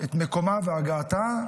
את מקומה והגעתה,